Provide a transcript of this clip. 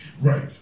Right